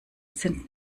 sind